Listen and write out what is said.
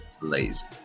lazy